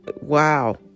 Wow